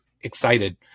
excited